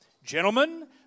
Gentlemen